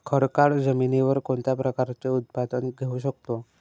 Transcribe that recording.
खडकाळ जमिनीवर कोणत्या प्रकारचे उत्पादन घेऊ शकतो?